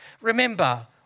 Remember